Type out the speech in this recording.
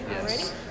yes